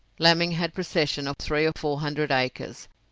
laming had possession of three or four hundred acres,